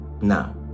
now